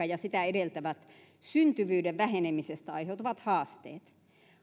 ja sitä edeltävät syntyvyyden vähenemisestä aiheutuvat haasteet